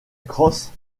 crosse